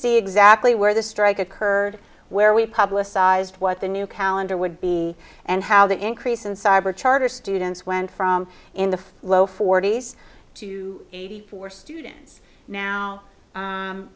see exactly where the strike occurred where we publicized what the new calendar would be and how the increase in cyber charter students went from in the low forty's to eighty four students now